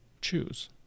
choose